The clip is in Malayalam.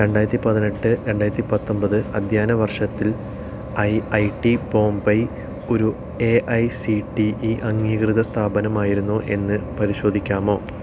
രണ്ടായിരത്തി പതിനെട്ട് രണ്ടായിരത്തി പത്തൊമ്പത് അധ്യയന വർഷത്തിൽ ഐ ഐ ടി ബോംബെ ഒരു A I C T E അംഗീകൃത സ്ഥാപനമായിരുന്നോ എന്ന് പരിശോധിക്കാമോ